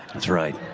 that's right.